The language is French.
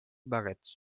barrett